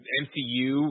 mcu